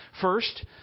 First